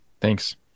Thanks